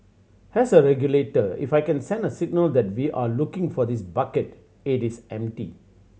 as a regulator if I can send a signal that we are looking for this bucket it is empty